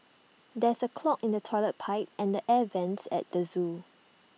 there is A clog in the Toilet Pipe and the air Vents at the Zoo